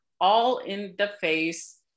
all-in-the-face